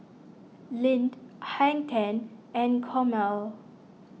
Lindt Hang ten and Chomel